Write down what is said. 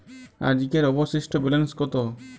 আজকের অবশিষ্ট ব্যালেন্স কত?